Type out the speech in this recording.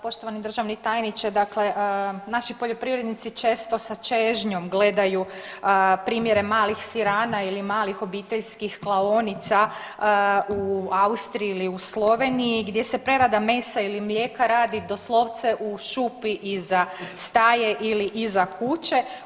Poštovani državni tajniče, dakle naši poljoprivrednici često sa čežnjom gledaju, primjere malih sirana ili malih obiteljskih klaonica u Austriji ili u Sloveniji gdje se prerada mesa ili mlijeka radi doslovce u šupi iza staje ili iza kuće.